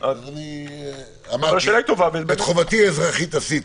את חובתי האזרחית עשיתי.